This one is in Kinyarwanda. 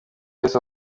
wese